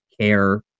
care